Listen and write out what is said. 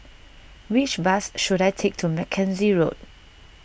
which bus should I take to Mackenzie Road